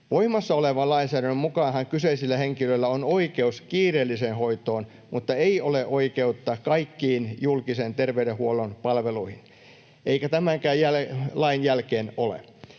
Voimassa olevan lainsäädännön mukaanhan kyseisillä henkilöillä on oikeus kiireelliseen hoitoon, mutta ei ole oikeutta kaikkiin julkisen terveydenhuollon palveluihin eikä tämänkään lain jälkeen ole.